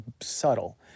subtle